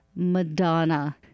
Madonna